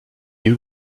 you